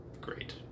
great